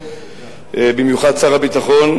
במיוחד שר הביטחון,